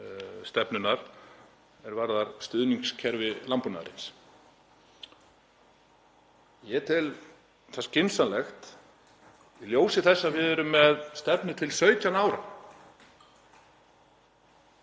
stefnunnar er varðar stuðningskerfi landbúnaðarins. Ég tel það skynsamlegt. í ljósi þess að við erum með stefnu til 17 ára,